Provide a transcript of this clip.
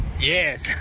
Yes